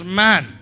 man